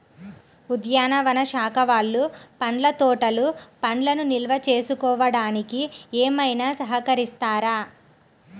ఉద్యానవన శాఖ వాళ్ళు పండ్ల తోటలు పండ్లను నిల్వ చేసుకోవడానికి ఏమైనా సహకరిస్తారా?